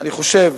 אני חושב,